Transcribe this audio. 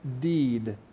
deed